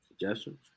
suggestions